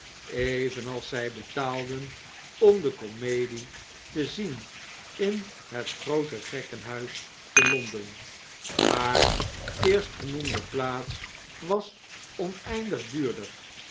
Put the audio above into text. evenals zij betaalden om de comedie te zien in het groote gekkenhuis telonden maar eerstgenoemde plaats was oneindig duurder